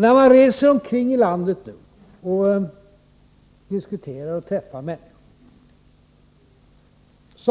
När man reser omkring i landet, träffar människor och diskuterar med dem